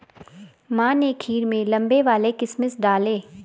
माँ ने खीर में लंबे वाले किशमिश डाले